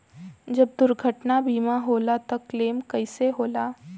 जब दुर्घटना बीमा होला त क्लेम कईसे होला?